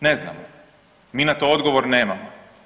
Ne znamo, mi na to odgovor nemamo.